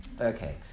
Okay